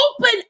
Open